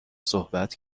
صحبت